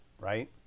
right